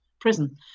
prison